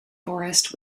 forest